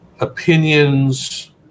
opinions